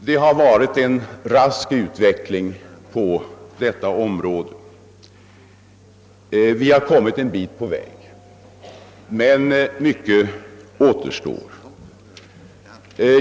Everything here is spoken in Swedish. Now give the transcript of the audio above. Det har varit en rask utveckling på detta område och vi har kommit en bit på väg, men mycket återstår.